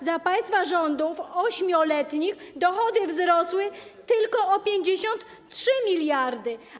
A za państwa rządów, 8-letnich, dochody wzrosły tylko o 53 mld.